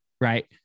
Right